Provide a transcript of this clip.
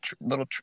little